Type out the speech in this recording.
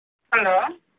hello